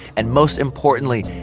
and most importantly,